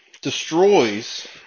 destroys